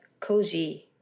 koji